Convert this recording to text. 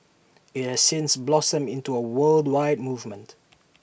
IT has since blossomed into A worldwide movement